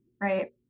right